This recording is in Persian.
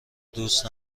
دوست